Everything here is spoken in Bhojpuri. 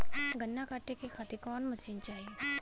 गन्ना कांटेके खातीर कवन मशीन चाही?